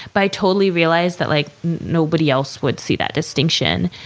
but i totally realize that like nobody else would see that distinction,